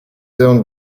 owned